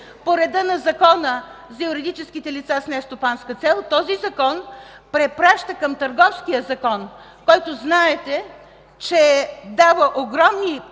по реда на Закона за юридическите лица с нестопанска цел, този Закон препраща към Търговския закон, който знаете, че дава огромни